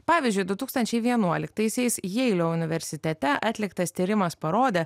pavyzdžiui du tūkstančiai vienuoliktaisiais jeilio universitete atliktas tyrimas parodė